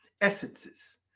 essences